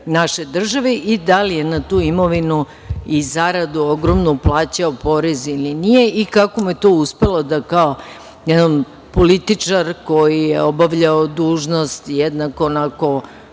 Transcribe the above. naše države i da li je na tu imovinu i ogromnu zaradu plaćao porez ili nije i kako mu je to uspelo da kao jedan političar koji je obavljao dužnost, jednako onako